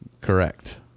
Correct